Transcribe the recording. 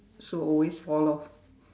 so always fall off